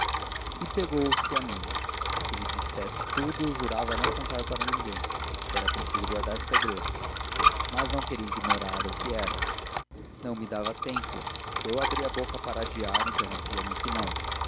e pegou-se a mim que lhe dissesse tudo jurava não contar nada a ninguém se era preciso guardar segredo mas não queria ignorar o que era não me dava tempo se eu abria a boca para adiar interrompia me que não